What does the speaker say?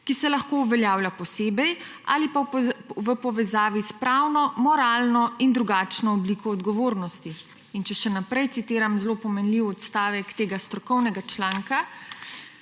ki se lahko uveljavlja posebej ali pa v povezavi s pravno, moralno in drugačno obliko odgovornosti.« In če še naprej citiram zelo pomenljiv odstavek tega strokovnega članka,